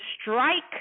strike